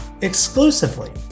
exclusively